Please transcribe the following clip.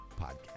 podcast